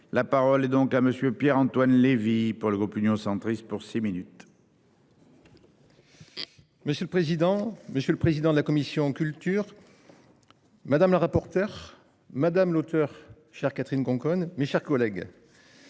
La parole est donc à Monsieur Pierre-Antoine Levi. Pour le groupe Union centriste pour six minutes. Monsieur le président, monsieur le président de la commission culture. Madame la rapporteur, madame l'auteur. Catherine Conconne, mes chers collègues.